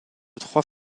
trois